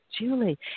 Julie